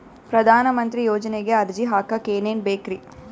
ಪ್ರಧಾನಮಂತ್ರಿ ಯೋಜನೆಗೆ ಅರ್ಜಿ ಹಾಕಕ್ ಏನೇನ್ ಬೇಕ್ರಿ?